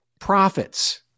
profits